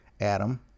adam